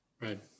Right